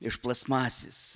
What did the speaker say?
iš plastmasės